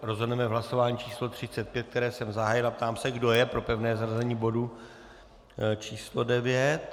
Rozhodneme v hlasování číslo 35, které jsem zahájil, a ptám se, kdo je pro pevné zařazení bodu číslo 9?